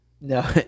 No